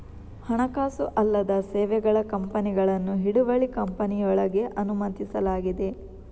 ಹಣಕಾಸು ಅಲ್ಲದ ಸೇವೆಗಳ ಕಂಪನಿಗಳನ್ನು ಹಿಡುವಳಿ ಕಂಪನಿಯೊಳಗೆ ಅನುಮತಿಸಲಾಗಿದೆ